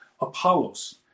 Apollos